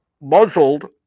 muzzled